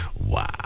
Wow